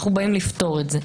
אנו באם לפתור את זה.